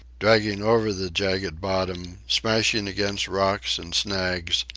dragging over the jagged bottom, smashing against rocks and snags,